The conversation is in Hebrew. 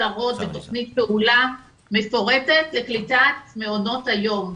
מטרות ותכנית פעולה מפורטת לקליטת מעונות היום,